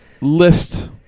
List